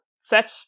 set